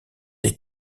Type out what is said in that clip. des